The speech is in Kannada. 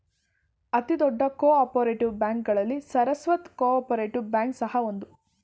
ಅತಿ ದೊಡ್ಡ ಕೋ ಆಪರೇಟಿವ್ ಬ್ಯಾಂಕ್ಗಳಲ್ಲಿ ಸರಸ್ವತ್ ಕೋಪರೇಟಿವ್ ಬ್ಯಾಂಕ್ ಸಹ ಒಂದು